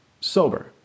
sober